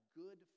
good